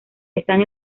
están